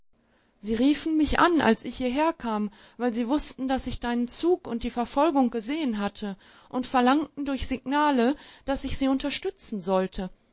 sie riefen mich an als ich hierherkam weil sie wußten daß ich deinen zug und die verfolgung gesehen hatte und verlangten durch signale daß ich sie unterstützen sollte